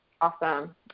Awesome